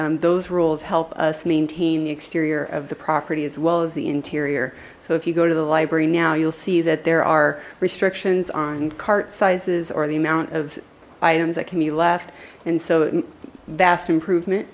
and those rules helped us maintain the exterior of the property as well as the interior so if you go to the library now you'll see that there are restrictions on cart sizes or the amount of items that can be left and so vast improvement